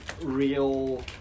real